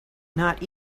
not